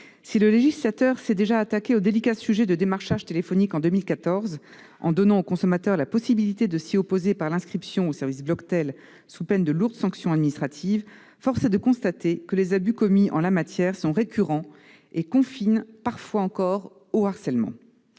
si le législateur s'est déjà attaqué au délicat sujet du démarchage téléphonique en 2014, en donnant aux consommateurs la possibilité de s'y opposer par l'inscription au service Bloctel, sous peine de lourdes sanctions administratives, force est de constater que les abus en la matière sont récurrents et confinent parfois encore au harcèlement.